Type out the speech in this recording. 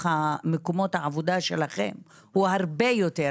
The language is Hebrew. מקומות העבודה שלכם הוא הרבה יותר.